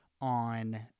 on